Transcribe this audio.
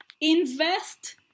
invest